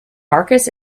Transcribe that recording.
marcus